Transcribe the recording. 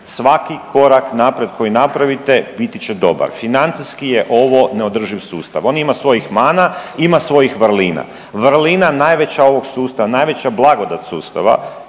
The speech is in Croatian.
svaki korak naprijed koji napravite biti će dobar. Financijski je ovo neodrživ sustav. On ima svojih mana, ima svojih vrlina. Vrlina najvećeg ovog sustava, najveća blagodat sustava